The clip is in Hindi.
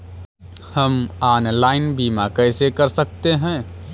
हम ऑनलाइन बीमा कैसे कर सकते हैं?